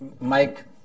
Mike